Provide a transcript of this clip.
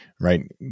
right